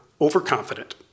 overconfident